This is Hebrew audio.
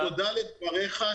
ותודה לדבריך,